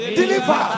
deliver